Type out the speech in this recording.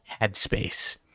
Headspace